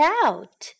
out